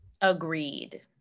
Agreed